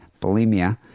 bulimia